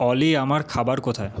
অলি আমার খাবার কোথায়